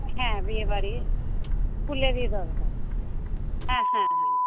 হ্যাঁ বিয়েবাড়ি ফুলেরই দরকার হ্যাঁ হ্যাঁ হ্যাঁ